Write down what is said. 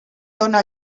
dóna